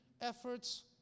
efforts